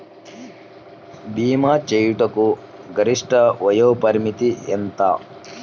భీమా చేయుటకు గరిష్ట వయోపరిమితి ఎంత?